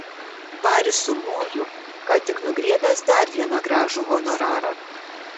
baris sumojo ką tik nugriebęs dar vieną gražų honorarą